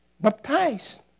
Baptized